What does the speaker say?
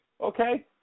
Okay